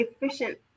efficient